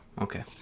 okay